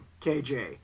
KJ